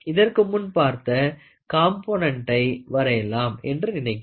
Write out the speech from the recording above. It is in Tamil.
இதற்கு முன் பார்த்த கம்போன்ண்ட்டை வரையலாம் என்று நினைக்கிறேன்